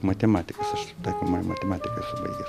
matematikas aš taikomąją matematiką esu baigęs